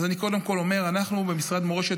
ואני קודם כול אומר: אנחנו במשרד מורשת,